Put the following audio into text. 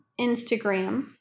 Instagram